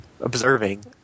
observing